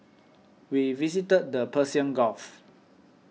we visited the Persian Gulf